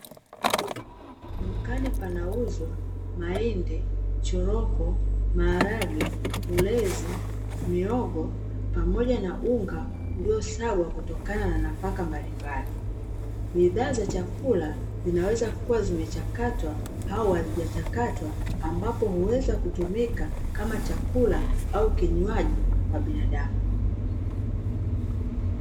Dukani panauzwa mahindi, choroko, maharage, ulezi, mihogo pamoja na unga uliosagwa kutokana na nafaka mbalimbali. Bidhaa za chakula zinaweza kuwa zimechakatwa au hazijachakatwa, ambapo huweza kutumika kama chakula au kinywaji kwa binadamu.